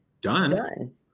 done